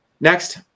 Next